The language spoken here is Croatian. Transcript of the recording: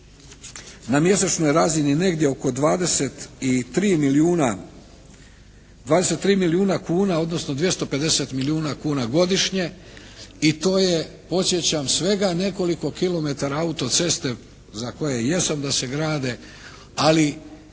na mjesečnoj razini negdje oko 23 milijuna kuna odnosno 250 milijuna kuna godišnje, i to je podsjećam svega nekoliko kilometara autoceste za koje jesam da se grade, ali